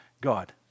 God